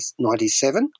1997